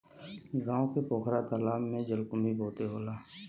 गांव के पोखरा तालाब में जलकुंभी बहुते होला